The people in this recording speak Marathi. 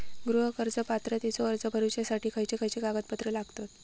गृह कर्ज पात्रतेचो अर्ज भरुच्यासाठी खयचे खयचे कागदपत्र लागतत?